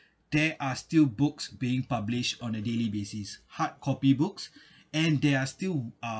there are still books being published on a daily basis hard copy books and they are still uh